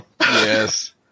Yes